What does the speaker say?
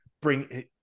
bring